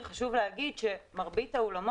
מרץ,